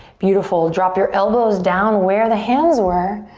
beautiful, drop your elbows down where the hands were,